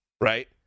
right